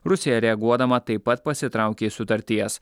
rusija reaguodama taip pat pasitraukė iš sutarties